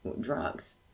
drugs